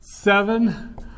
Seven